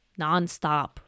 nonstop